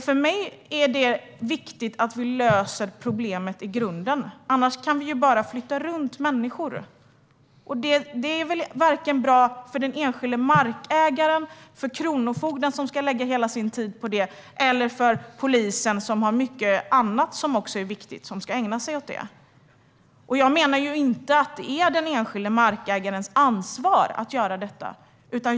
För mig är det viktigt att vi löser problemet i grunden, annars flyttar vi bara runt människor. Det är inte bra för vare sig den enskilde markägaren, kronofogden som ska lägga sin tid på detta eller polisen som har mycket annat som är viktigt att ägna sig åt. Jag menar inte att det är den enskilde markägarens ansvar att göra detta.